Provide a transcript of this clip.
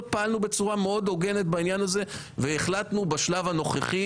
פעלו בצורה מאוד הוגנת בעניין הזה והחלטנו בשלב הנוכחי